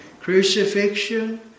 crucifixion